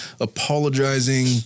apologizing